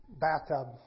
bathtub